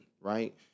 right